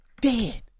dead